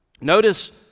Notice